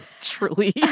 Truly